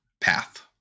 path